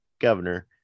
governor